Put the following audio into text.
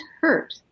hurt